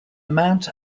amount